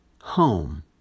home